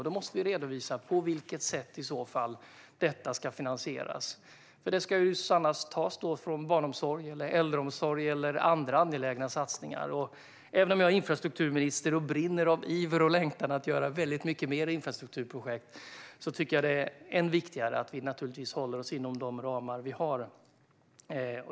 Då måste vi redovisa på vilket sätt detta ska finansieras. Det ska tas från barnomsorg, äldreomsorg eller andra angelägna satsningar. Även om jag är infrastrukturminister och brinner av iver och längtan att göra mycket mer när det gäller infrastrukturprojekt tycker jag naturligtvis att det är ännu viktigare att vi håller oss inom de ramar vi har.